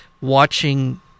watching